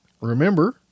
remember